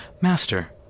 Master